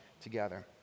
together